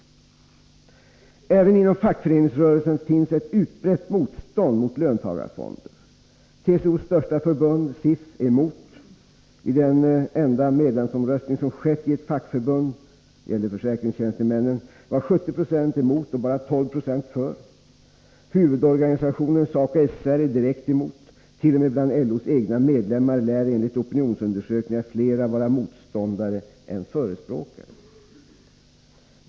Även inom fackföreningsrörelsen finns ett utbrett motstånd mot löntagarfonder. TCO:s största förbund SIF är emot. Vid den enda medlemsomröstning som skett i ett fackförbund — enligt försäkringstjänstemännen — var 70 Jo emot och bara 12 96 för. Huvudorganisationen SACO/SR är direkt emot. T. o. m. bland LO:s egna medlemmar lär enligt opinionsundersökningar fler vara motståndare än förespråkare.